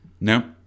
No